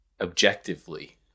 Objectively